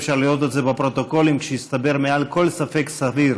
ואפשר לראות את זה בפרוטוקולים: כשהסתבר מעל לכל ספק סביר